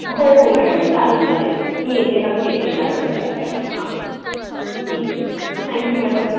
हो हो मॅडम चालेल चालेल मी येते नक्की येते शाळेमध्ये आपल्या हां ठीक आहे थँक्यू मॅडम